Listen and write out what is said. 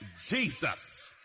Jesus